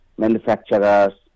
manufacturers